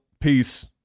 peace